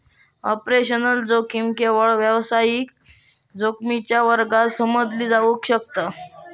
operational जोखीम केवळ व्यावसायिक जोखमीच्या वर्गात समजली जावक शकता